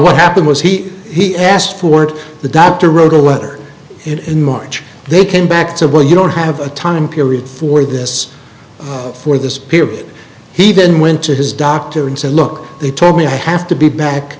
what happened was he he asked for it the doctor wrote a letter in march they came back to well you don't have a time period for this for this period he even went to his doctor and said look they told me i have to be back